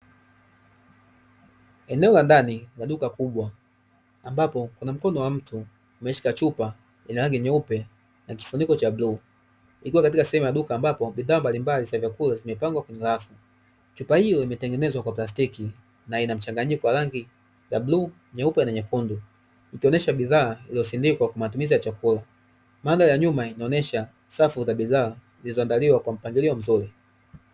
Eneo la ndani la duka kubwa, ambapo kuna mkono wa mtu ameshika chupa yenye rangi nyeupe na kifuniko cha bluu. Ikiwa katika sehemu ya duka ambapo bidhaa mbalimbali za vyakula zimepangwa kwenye rafu, chupa hiyo imetengenezwa kwa plastiki na ina mchanganyiko wa rangi ya bluu, nyeupe na nyekundu. Ikionesha bidhaa iliyosindikwa kwa matumizi ya chakula, mandhari ya nyuma inaonesha safu za bidhaa zilizoandaliwa kwa mpangilio mzuri.